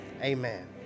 amen